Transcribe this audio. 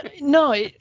no